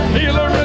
healer